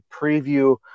preview